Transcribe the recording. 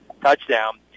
touchdown